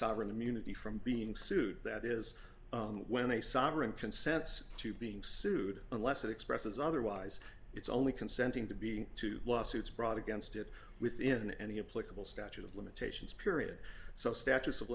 sovereign immunity from being sued that is when a sovereign consents to being sued unless it expresses otherwise it's only consenting to be two lawsuits brought against it within any a political statute of limitations period so statutes of